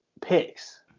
picks